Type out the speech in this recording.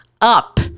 up